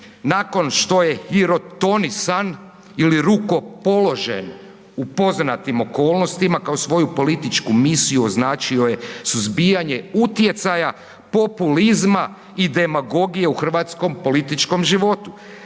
nakon što je hirotonisan ili rukopoložen u poznatim okolnostima kao svoju političku misiju označio je suzbijanje utjecaja populizma i demagogije u hrvatskom političkom životu.